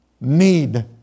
need